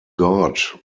god